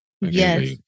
Yes